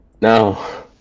No